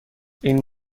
این